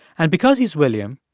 and because he's william,